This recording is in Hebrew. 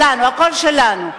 הכול שלנו.